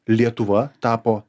lietuva tapo